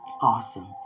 Awesome